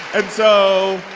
and so,